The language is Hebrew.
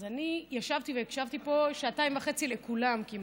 אני ישבתי והקשבתי פה שעתיים וחצי לכולם כמעט.